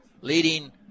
leading